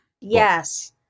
Yes